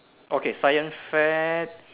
okay science fair